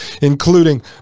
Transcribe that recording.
including